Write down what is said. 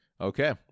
Okay